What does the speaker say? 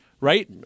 Right